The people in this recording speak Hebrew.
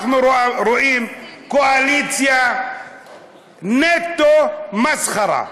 אנחנו רואים קואליציה נטו מסחרה.